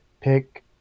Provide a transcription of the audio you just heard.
pick